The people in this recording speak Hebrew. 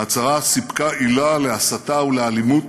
ההצהרה סיפקה עילה להסתה ולאלימות,